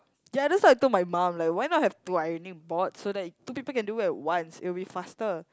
ya that's what I told my mum like why not have two ironing boards so that two people can do it at once it will be faster